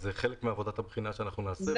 זה חלק מעבודת הבחינה שנעשה.